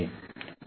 समजतय का